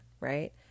right